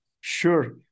Sure